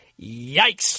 Yikes